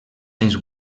anys